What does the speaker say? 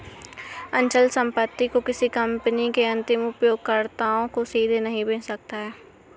अचल संपत्ति को किसी कंपनी के अंतिम उपयोगकर्ताओं को सीधे नहीं बेचा जा सकता है